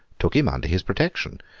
took him under his protection,